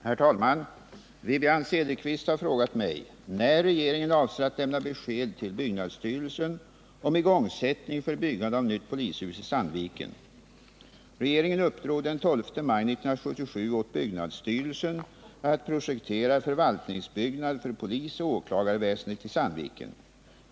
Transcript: Herr talman! Wivi-Anne Cederqvist har frågat mig när regeringen avser att lämna besked till byggnadsstyrelsen om igångsättning för byggande av nytt polishus i Sandviken. Regeringen uppdrog den 12 maj 1977 åt byggnadsstyrelsen att projektera förvaltningsbyggnad för polisoch åklagarväsendet i Sandviken.